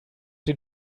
den